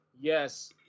yes